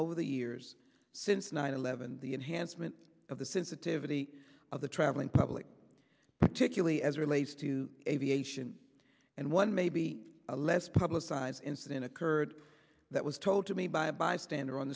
over the years since nine eleven the enhancement of the sensitivity of the traveling public particularly as relates to aviation and one maybe a less publicize incident occurred that was told to me by a bystander on